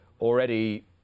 already